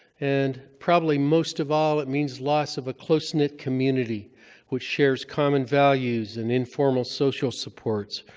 and probably most of all, it means loss of a close-knit community which shares common values and informal social supports.